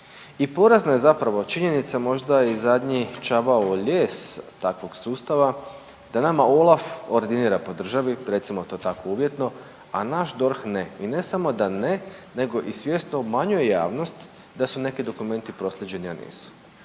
I porazna je zapravo činjenica možda i zadnji čavao u lijes takvog sustava da nama OLAF ordinira po državi, recimo to tako uvjetno, a naš DORH ne. I ne samo da ne nego i svjesno obmanjuje javnost da su neki dokumenti proslijeđeni, a nisu.